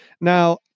Now